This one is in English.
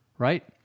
Right